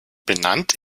benannt